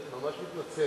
אני ממש מתנצל,